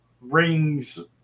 rings